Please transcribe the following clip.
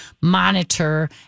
monitor